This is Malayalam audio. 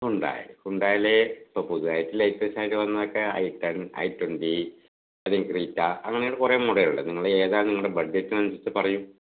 ഹ്യുണ്ടായ് ഹ്യുണ്ടായില് ഇപ്പോൾ പുതിയതായിട്ട് ലേറ്റസ്റ്റായിട്ട് വന്നതൊക്കെ ഐ ടെൻ ഐ ട്വന്റി അതെ ക്രീറ്റ അങ്ങനെയുള്ള കുറെ മോഡലുണ്ട് നിങ്ങൾ ഏതാണ് നിങ്ങളെ ബഡ്ജറ്റിനനുസരിച്ച് പറയൂ